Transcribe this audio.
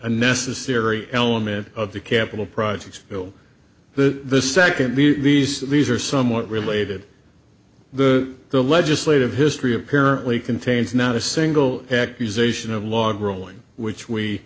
a necessary element of the capital projects bill the second these these are somewhat related the the legislative history apparently contains not a single accusation of log rolling which we